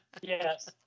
Yes